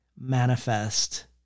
manifest